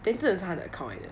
then 真的是他的 account 来的